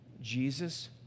Jesus